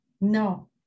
No